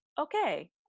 okay